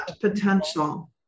potential